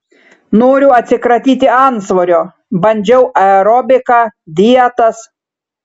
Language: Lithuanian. noriu atsikratyti antsvorio bandžiau aerobiką dietas